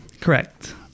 Correct